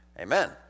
Amen